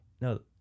No